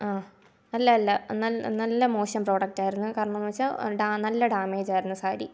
ആ അല്ല അല്ല നല്ല നല്ല മോശം പ്രോഡക്റ്റായിരുന്നു കാരണമെന്ന് വെച്ചാൽ ഡാ നല്ല ഡാമേജായിരുന്നു സാരി